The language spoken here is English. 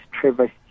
Trevor